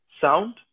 sound